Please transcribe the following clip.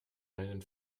einen